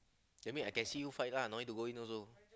that mean I can see you fight lah don't need to go in also